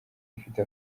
ifite